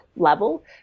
level